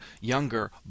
younger